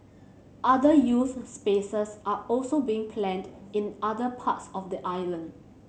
other youth spaces are also being planned in other parts of the island